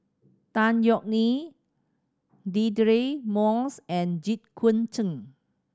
Tan Yeok Nee Deirdre Moss and Jit Koon Ch'ng